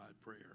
prayer